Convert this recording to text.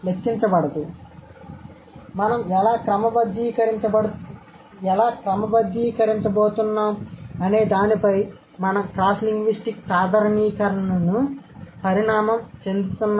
కాబట్టి మనం ఎలా క్రమబద్ధీకరించబోతున్నాం అనేదానిపై మనం క్రాస్ లింగ్విస్టిక్ సాధారణీకరణను పరిణామం చెందుతున్నంతవరకు చూడబోతున్నం